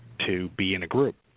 to be in a group.